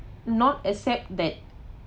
not accept that